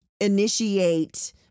initiate